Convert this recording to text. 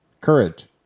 courage